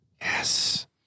yes